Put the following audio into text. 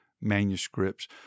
manuscripts